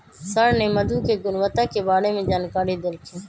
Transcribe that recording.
sir ने मधु के गुणवत्ता के बारे में जानकारी देल खिन